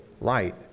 light